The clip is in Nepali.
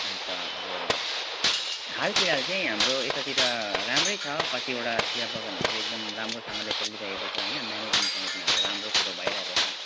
अन्त अब हालफिल हाल चाहिँ हाम्रो यतातिर राम्रै छ कतिवटा चिया बगानहरू चाहिँ एकदम राम्रोसँगले चलिरहेको छ होइन म्यानेजमेन्टसँग तिनीहरूको राम्रो कुरो भइरहेको छ